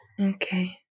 Okay